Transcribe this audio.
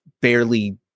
barely